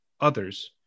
others